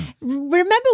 Remember